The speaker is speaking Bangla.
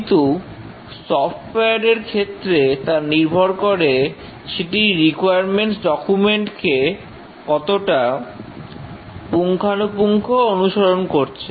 কিন্তু সফটওয়্যার এর ক্ষেত্রে তা নির্ভর করে সেটি রিকোয়ারমেন্টস ডকুমেন্টকে কতটা পুঙ্খানুপুঙ্খ অনুসরণ করছে